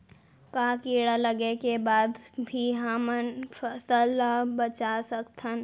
का कीड़ा लगे के बाद भी हमन फसल ल बचा सकथन?